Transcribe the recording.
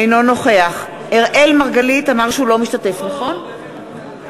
אינו נוכח אראל מרגלית, אינו משתתף בהצבעה